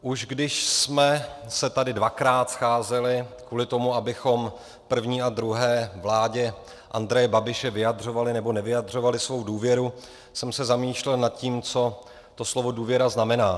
Už když jsme se tady dvakrát scházeli kvůli tomu, abychom první a druhé vládě Andreje Babiše vyjadřovali nebo nevyjadřovali svou důvěru, jsem se zamýšlel nad tím, co to slovo důvěra znamená.